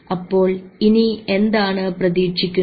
അപ്പോൾ ഇനി എന്താണ് പ്രതീക്ഷിക്കുന്നത്